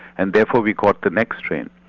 and therefore we caught the next train,